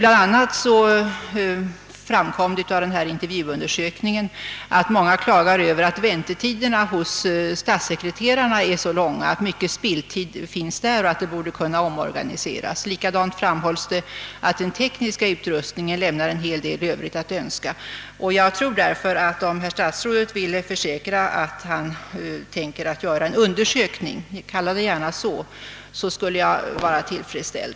Av intervjuundersökningen framgick bl.a. att många klagar över att väntetiderna hos statssekreterarna blir långa och att mycken tid går till spillo där. Likaså framhölls att den tekniska utrustningen lämnar en hel del övrigt att önska. Om statsrådet ville försäkra att han ämnar göra en undersökning skulle jag vara tillfredsställd.